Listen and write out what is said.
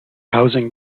housing